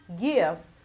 gifts